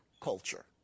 culture